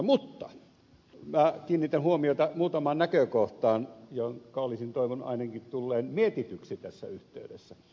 mutta minä kiinnitän huomiota muutamaan näkökohtaan joiden olisin toivonut ainakin tulleen mietityksi tässä yhteydessä